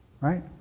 Right